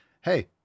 hey